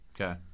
Okay